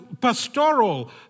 pastoral